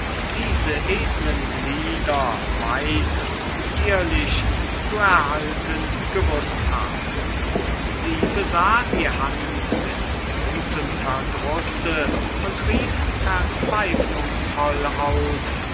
diese edlen glieder weiß und zierlich zu erhalten gewußt habe sie besah die hand mit großem verdrusse und rief verzweiflungsvoll aus